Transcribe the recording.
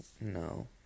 no